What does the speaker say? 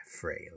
Frail